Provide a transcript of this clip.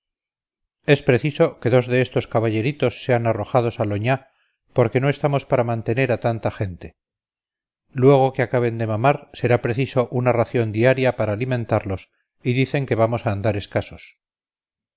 es preciso que dos de estos caballeritos sean arrojados al oñá porque no estamos para mantener a tanta gente luego que acaben de mamar será preciso una ración diaria para alimentarlos y dicen que vamos a andar escasos